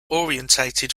orientated